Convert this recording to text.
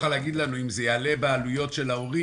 להגיד לנו אם זה יעלה בעלויות של ההורים,